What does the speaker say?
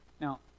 Now